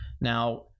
Now